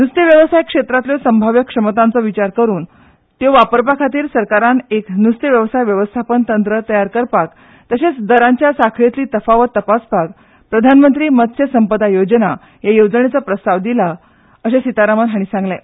नुस्तेंवेवसाय क्षेत्रांतल्यो संभाव्य क्षमतांचो विचार करून त्यो वापरा खातीर सरकारान एक नुस्तें वेवसाय वेवस्थापन तंत्र तयार करपाक तशेंच दरांच्या साखळेतली तफावत तपासपाक प्रधानमंत्री मत्स्य संपदा येवजण येवजण्याचो प्रस्ताव दिला अशेंय सिताराम हांणी सांगलें